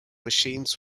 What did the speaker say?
machines